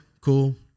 cool